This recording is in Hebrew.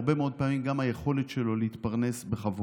הרבה מאוד פעמים זו גם היכולת שלו להתפרנס בכבוד.